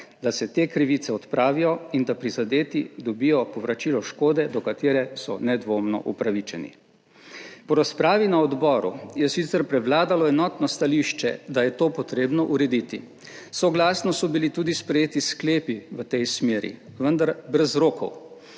da se te krivice odpravijo in da prizadeti dobijo povračilo škode, do katere so nedvomno upravičeni. Po razpravi na odboru je sicer prevladalo enotno stališče, da je to potrebno urediti. Soglasno so bili tudi sprejeti sklepi v tej smeri, vendar brez rokov.